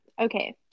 Okay